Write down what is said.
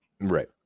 right